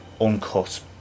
uncut